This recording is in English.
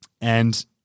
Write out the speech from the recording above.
and-